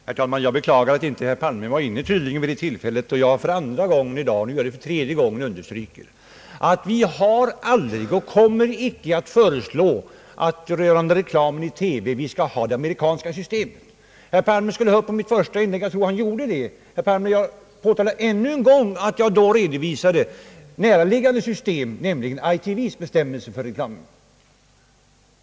Herr talman! Jag beklagar att herr Palme tydligen inte var inne vid det tillfälle då jag för andra gången i dag — nu är det för tredje gången — underströk att vi aldrig har föreslagit och aldrig kommer att föreslå att vi rörande TV skall tillämpa det amerikanska reklamsystemet. Herr Palme skulle ha lyssnat på mitt första inlägg — jag tror också att han gjorde det. Jag påtalar, herr Palme, än en gång att jag då redovisade ett näraliggande systems, nämligen ITV:s, bestämmelser för reklam.